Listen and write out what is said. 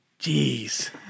Jeez